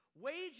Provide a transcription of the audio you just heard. Wages